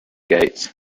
gates